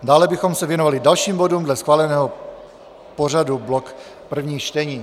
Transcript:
Dále bychom se věnovali dalším bodům dle schváleného pořadu, blok prvních čtení.